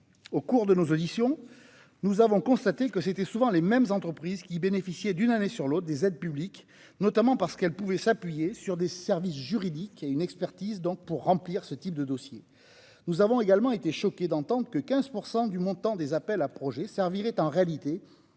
au cours de nos auditions, nous avons constaté que c'étaient souvent les mêmes entreprises qui bénéficiaient des aides publiques d'une année sur l'autre, notamment parce qu'elles pouvaient s'appuyer sur des services juridiques disposant d'une expertise pour remplir ce type de dossiers. Nous avons également été choqués d'entendre que 15 % du montant des appels à projets servirait en réalité